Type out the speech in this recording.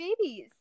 babies